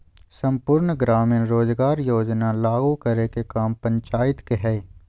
सम्पूर्ण ग्रामीण रोजगार योजना लागू करे के काम पंचायत के हय